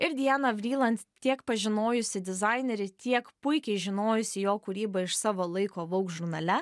ir diana vryland tiek pažinojusi dizainerį tiek puikiai žinojusi jo kūrybą iš savo laiko vaug žurnale